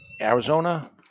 Arizona